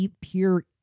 pure